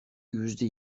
yüzde